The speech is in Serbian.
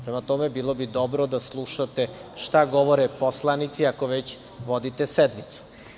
Prema tome, bilo bi dobro da slušate šta govore poslanici ako već vodite sednicu.